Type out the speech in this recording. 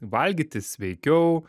valgyti sveikiau